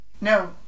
No